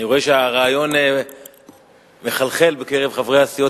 אני רואה שהרעיון מחלחל בקרב חברי הסיעות